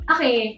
Okay